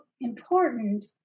important